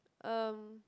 um